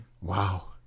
Wow